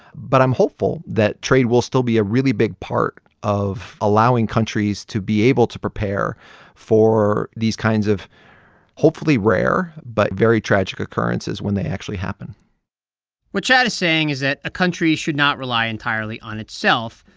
but i'm hopeful that trade will still be a really big part of allowing countries to be able to prepare for these kinds of hopefully rare but very tragic occurrences when they actually happen what chad is saying is that a country should not rely entirely on itself,